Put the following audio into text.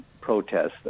protests